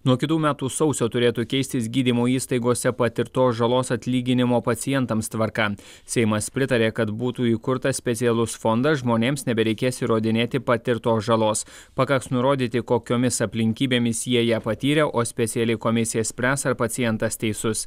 nuo kitų metų sausio turėtų keistis gydymo įstaigose patirtos žalos atlyginimo pacientams tvarka seimas pritarė kad būtų įkurtas specialus fondas žmonėms nebereikės įrodinėti patirtos žalos pakaks nurodyti kokiomis aplinkybėmis jie ją patyrė o speciali komisija spręs ar pacientas teisus